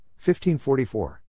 1544